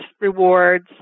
rewards